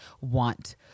want